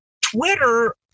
Twitter